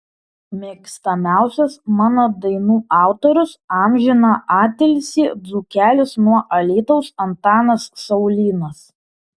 mėgstamiausias mano dainų autorius amžiną atilsį dzūkelis nuo alytaus antanas saulynas